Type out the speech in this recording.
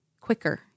quicker